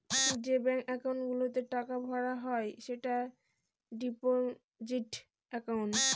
যে bank account গুলোতে টাকা ভরা হয় সেটা ডিপোজিট একাউন্ট